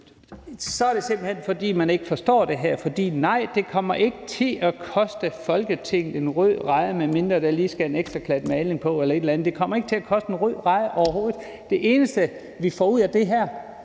Så er det simpelt hen, fordi man ikke forstår det her, for nej, det kommer ikke til at koste Folketinget en rød reje, medmindre der lige skal en ekstra klat maling på eller et eller andet. Det kommer ikke til at koste en rød reje overhovedet. Det eneste, vi får ud af det her,